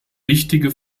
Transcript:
wichtige